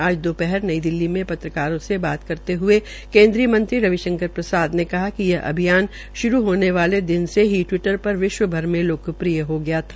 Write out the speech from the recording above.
आज दोपहर नई दिल्ली में पत्रकारों से बात करते हये केन्द्रीय मंत्री रविशंकर प्रसाद ने कहा कि यह अभियान श्रू होने वाले दिन से ही टविटर पर विश्वभर से लोकप्रिय हो गा है